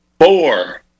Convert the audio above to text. four